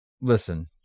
Listen